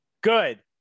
good